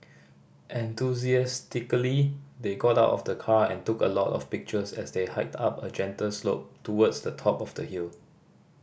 enthusiastically they got out of the car and took a lot of pictures as they hiked up a gentle slope towards the top of the hill